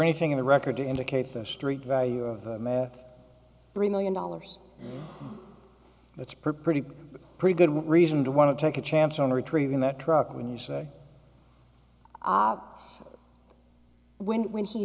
anything in the record to indicate the street value of meth three million dollars that's per pretty pretty good reason to want to take a chance on retrieving that truck when you say when when he